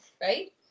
right